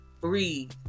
breathe